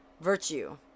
Virtue